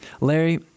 Larry